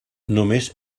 només